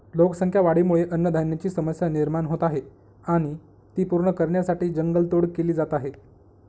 लोकसंख्या वाढीमुळे अन्नधान्याची समस्या निर्माण होत आहे आणि ती पूर्ण करण्यासाठी जंगल तोड केली जात आहे